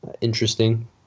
interesting